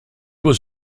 was